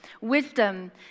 Wisdom